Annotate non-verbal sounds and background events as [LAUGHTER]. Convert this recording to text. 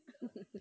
[LAUGHS]